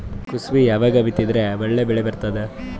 ಕುಸಬಿ ಯಾವಾಗ ಬಿತ್ತಿದರ ಒಳ್ಳೆ ಬೆಲೆ ಬರತದ?